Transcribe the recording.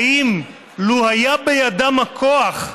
האם, לו היה בידם הכוח,